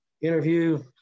interview